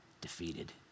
defeated